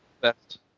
best